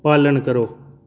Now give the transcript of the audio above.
पालन करो